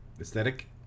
Aesthetic